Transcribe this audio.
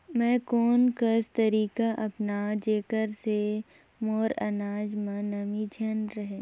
मैं कोन कस तरीका अपनाओं जेकर से मोर अनाज म नमी झन रहे?